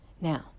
Now